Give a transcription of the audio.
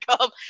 come